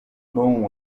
mum